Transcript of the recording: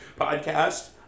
podcast